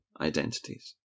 identities